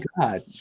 god